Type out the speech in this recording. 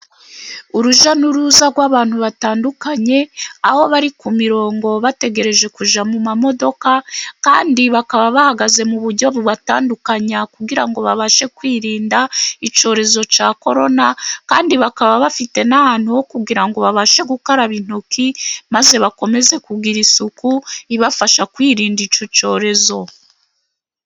Urujya n'uruza rw'abantu batandukanye aho bari ku mirongo bategereje kujya mu mamodoka kandi bakaba bahagaze mu buryo bubatandukanya kugira ngo babashe kwirinda icyorezo cya korona kandi bakaba bafite n'ahantu ho kugira ngo babashe gukaraba intoki maze bakomeze kugira isuku ibafasha kwirinda icyo cyorezo.